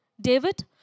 David